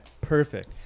perfect